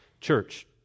church